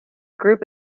group